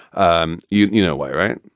um you you know why, right?